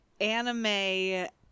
anime